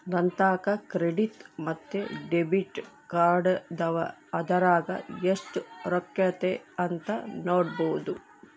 ನಂತಾಕ ಕ್ರೆಡಿಟ್ ಮತ್ತೆ ಡೆಬಿಟ್ ಕಾರ್ಡದವ, ಅದರಾಗ ಎಷ್ಟು ರೊಕ್ಕತೆ ಅಂತ ನೊಡಬೊದು